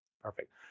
Perfect